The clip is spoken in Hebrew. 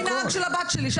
הנהג של הבת שלי,